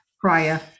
Prior